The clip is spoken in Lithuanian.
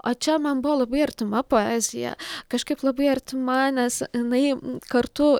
o čia man buvo labai artima poezija kažkaip labai artima nes jinai kartu